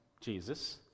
Jesus